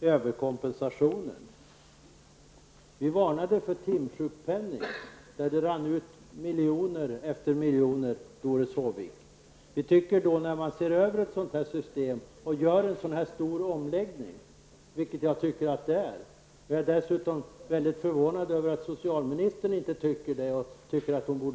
överkompensationen. Vi varnade för timsjukpenningen. Det rann ut miljon efter miljon, Doris Håvik. När man ser över ett sådant här system och gör en sådan här stor omläggning, vilket jag tycker det är, skall man se till att man rensar bort sådan här överkompensation så att människor ändå tycker att det är väsentligt att arbeta.